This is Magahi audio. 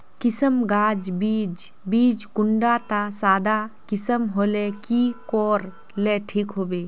किसम गाज बीज बीज कुंडा त सादा किसम होले की कोर ले ठीक होबा?